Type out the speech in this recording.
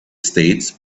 states